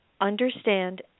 understand